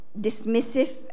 dismissive